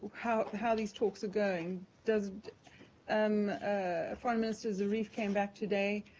how how these talks are going? does and ah foreign minister zarif came back today.